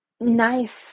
nice